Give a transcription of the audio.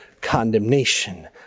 condemnation